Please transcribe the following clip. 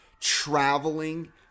traveling